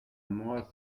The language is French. moi